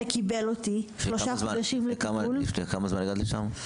שקיבל אותי שלושה חודשים לטיפול --- לפני כמה זמן הגעת לשם?